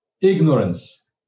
ignorance